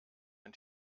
ein